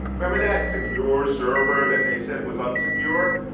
remember that secure server that they said was unsecure?